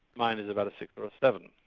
mine is about a six or a seven.